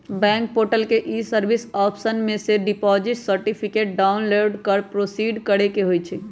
bank portal के e service option में से डिपॉजिट सर्टिफिकेट डाउनलोड कर प्रोसीड करेके होइ छइ